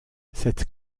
cette